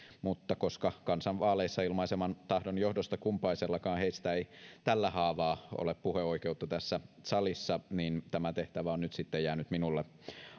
mutta koska kansan vaaleissa ilmaiseman tahdon johdosta kumpaisellakaan heistä ei tällä haavaa ole puheoikeutta tässä salissa niin tämä tehtävä on nyt sitten jäänyt minulle